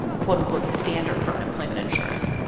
quote-unquote, standard for unemployment insurance.